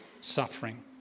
suffering